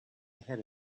ahead